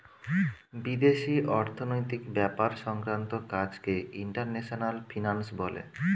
বিদেশি অর্থনৈতিক ব্যাপার সংক্রান্ত কাজকে ইন্টারন্যাশনাল ফিন্যান্স বলে